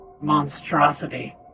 Monstrosity